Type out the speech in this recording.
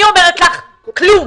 כלום.